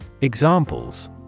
EXAMPLES